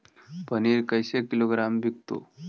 पनिर कैसे किलोग्राम विकतै?